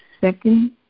second